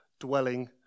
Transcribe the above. dwelling